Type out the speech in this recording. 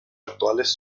actuales